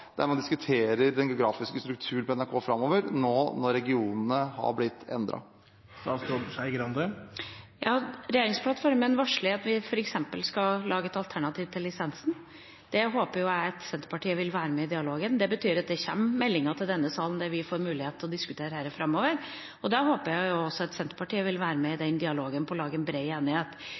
der man diskuterer den geografiske strukturen på NRK framover, nå når regionene er blitt endret? Regjeringsplattformen varsler at vi f.eks. skal lage et alternativ til lisensen. Der håper jeg Senterpartiet vil være med i dialogen. Det betyr at det kommer meldinger til denne salen der vi får mulighet til å diskutere dette framover. Da håper jeg også at Senterpartiet vil være med i dialogen og lage en bred enighet.